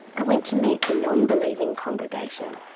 i went to meet the non-believing congregation.